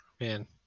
Man